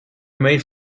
made